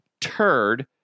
turd